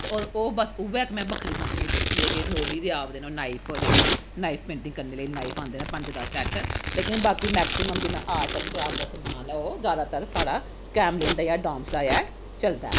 ते ओह् ओह् उ'ऐ बस इक में बक्खरी कंपनी दिक्खी ऐ जेह्ड़ी नोल्ली दे आवा दे न ओह् नाइफ जेह्ड़े नाइफ पेंटिंग करने लेई नाइफ औंदे न पंज दा सैट्ट लेकन बाकी मैक्सीमम जिन्ना आर्ट ऐंड क्राफ्ट दा समान ऐ ओह् जैदातर साढ़ा कैमलिन दा जां डाम्स दा गै चलदा ऐ